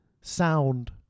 Sound